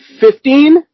Fifteen